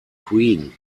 queen